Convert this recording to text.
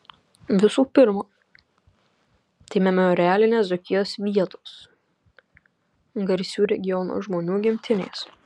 visų pirma tai memorialinės dzūkijos vietos garsių regiono žmonių gimtinės